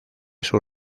sus